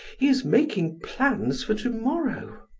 he is making plans for to-morrow.